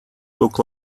look